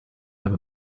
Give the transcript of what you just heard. have